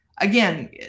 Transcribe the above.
again